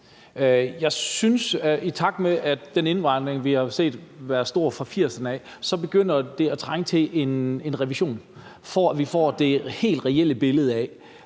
danske. I takt med den indvandring, vi har set været stor fra 1980'erne af, synes jeg, det begynder at trænge til en revision, for at vi får det helt reelle billede af,